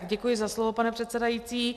Děkuji za slovo, pane předsedající.